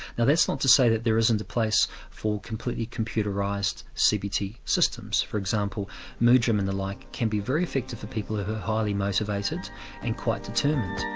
now that's not to say that there isn't a place for completely computerised cbt systems. for example moodgym and the like can be very effective for people who are highly motivated and quite determined.